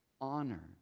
honor